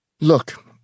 Look